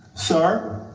sir,